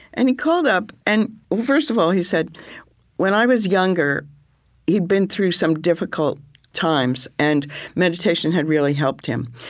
and he called up, and first of all, he said when he was younger he had been through some difficult times, and meditation had really helped him.